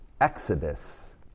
exodus